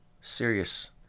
Serious